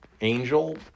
angel